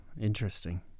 interesting